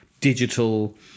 digital